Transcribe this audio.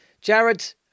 Jared